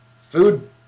food